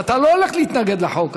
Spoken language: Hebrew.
ואתה לא הולך להתנגד לחוק.